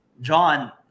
John